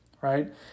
right